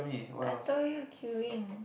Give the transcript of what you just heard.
I told you queuing